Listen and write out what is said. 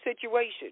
situation